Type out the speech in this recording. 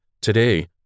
Today